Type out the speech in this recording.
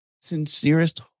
sincerest